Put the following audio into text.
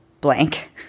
blank